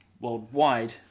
worldwide